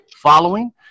following